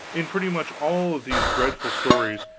in pretty much all of these dreadful stories,